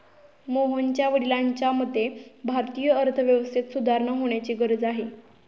मोहनच्या वडिलांच्या मते, भारतीय अर्थव्यवस्थेत सुधारणा होण्याची गरज आहे